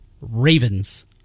Ravens